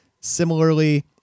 Similarly